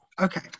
Okay